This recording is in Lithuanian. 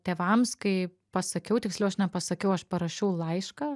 tėvams kai pasakiau tiksliau aš nepasakiau aš parašiau laišką